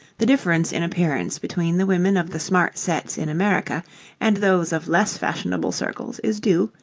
the difference in appearance between the women of the smart sets in america and those of less fashionable circles is due,